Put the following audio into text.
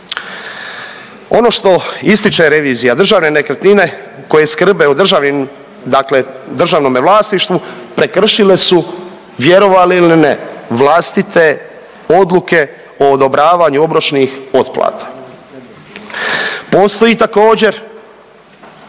Ono što ističe revizija, Državne nekretnine koje skrbe o državnim, dakle državnome vlasništvu prekršile su vjerovali ili ne vlastite odluke o odobravanju obročnih otplata. Postoji također